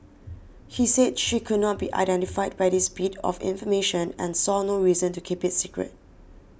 he said she could not be identified by this bit of information and saw no reason to keep it secret